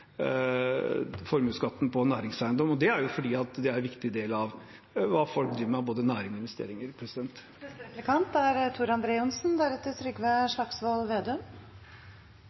formuesskatten på næringseiendom. Det er fordi det er en viktig del av hva folk driver med av både næring og investeringer.